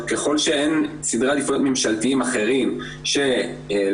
ככל שאין סדרי עדיפויות ממשלתיים אחרים שלצורך